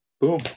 boom